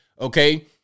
Okay